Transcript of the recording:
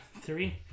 Three